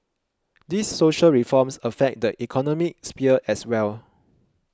these social reforms affect the economic sphere as well